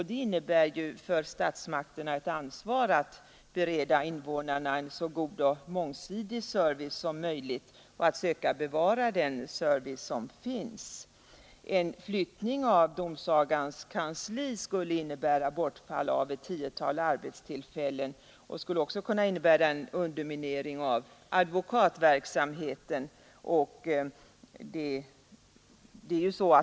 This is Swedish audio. Det innebär ett ansvar för statsmakterna att bereda invånarna så god och mångsidig service som möjligt och att söka bevara den service som finns. En flyttning av domsagans kansli skulle innebära bortfall av ett 10-tal arbetstillfällen och kan också innebära en underminering av advokatverksamheten.